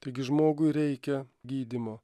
taigi žmogui reikia gydymo